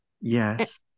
yes